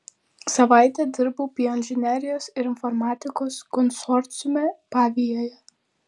savaitę dirbau bioinžinerijos ir informatikos konsorciume pavijoje